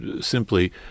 simply